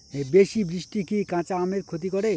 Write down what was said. বেশি বৃষ্টি কি কাঁচা আমের ক্ষতি করে?